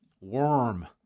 worm